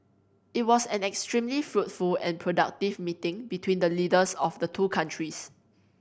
it was an extremely fruitful and productive meeting between the leaders of the two countries